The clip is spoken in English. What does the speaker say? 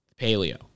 Paleo